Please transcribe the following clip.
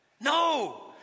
No